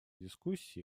дискуссии